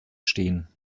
stehen